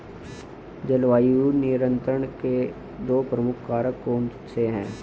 जलवायु नियंत्रण के दो प्रमुख कारक कौन से हैं?